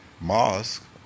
mosque